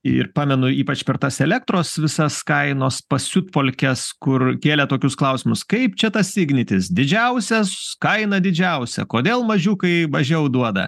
ir pamenu ypač per tas elektros visas kainos pasiutpolkes kur kėlė tokius klausimus kaip čia tas ignitis didžiausias kaina didžiausia kodėl mažiukai mažiau duoda